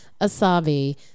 Asabi